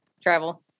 travel